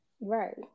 right